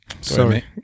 Sorry